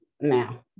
Now